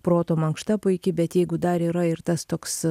proto mankšta puiki bet jeigu dar yra ir tas toks